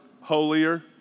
holier